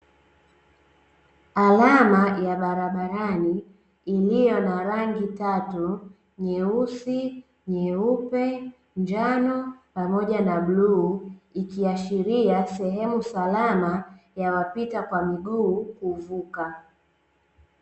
Alama ya barabarani iliyo na rangi tatu; nyeusi, nyeupe, njano pamoja na bluu, ikiashiria sehemu salama ya wapita kwa miguu kuvuka.